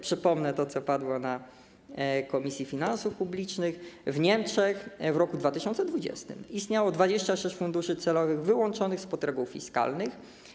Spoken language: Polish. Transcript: Przypomnę to, co padło na posiedzeniu Komisji Finansów Publicznych, że w Niemczech w roku 2020 istniało 26 funduszy celowych wyłączonych spod reguł fiskalnych.